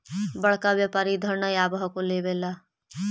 बड़का व्यापारि इधर नय आब हको लेबे ला?